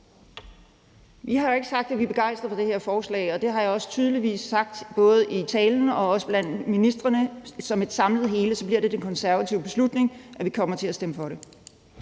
Vi har jo ikke sagt, at vi er begejstrede for det her forslag. Det har jeg også tydeligt sagt både i talen og blandt ministrene. Som et samlet hele bliver det den konservative beslutning, at vi kommer til at stemme for det.